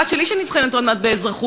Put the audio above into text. הבת שלי נבחנת עוד מעט באזרחות,